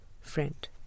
Friend